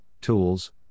tools